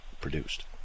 produced